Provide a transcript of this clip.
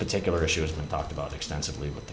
particular issue has been talked about extensively but